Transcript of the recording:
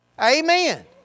Amen